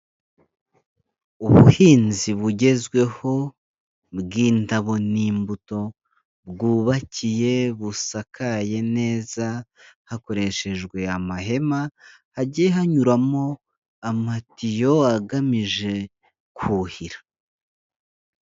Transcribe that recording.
Ubuhinzi bugezweho, bw'indabo n'imbuto, bwubakiye, busakaye neza hakoreshejwe amahema, hagiye hanyuramo amatiyo agamije kuhira.